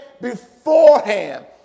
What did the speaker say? beforehand